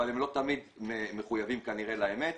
אבל הם לא תמיד מחויבים כנראה לאמת,